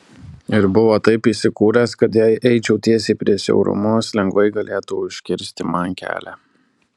ir buvo taip įsikūręs kad jei eičiau tiesiai prie siaurumos lengvai galėtų užkirsti man kelią